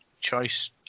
choice